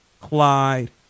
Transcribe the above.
Clyde